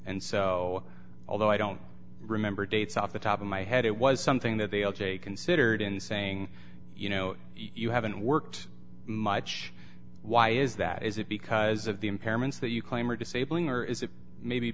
and so although i don't remember dates off the top of my head it was something that they ok considered in saying you know you haven't worked much why is that is it because of the impairments that you claim are disabling or is it maybe